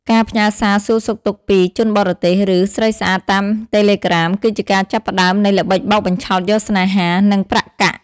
ការផ្ញើសារសួរសុខទុក្ខពី "ជនបរទេស" ឬ "ស្រីស្អាត" តាម Telegram គឺជាការចាប់ផ្តើមនៃល្បិចបោកបញ្ឆោតយកស្នេហា និងប្រាក់កាក់។